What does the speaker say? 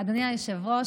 אדוני היושב-ראש,